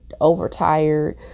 overtired